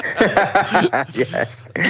Yes